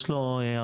יש לו הרחקה.